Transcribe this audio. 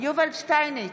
יובל שטייניץ,